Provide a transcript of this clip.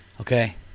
okay